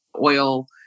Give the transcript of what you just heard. oil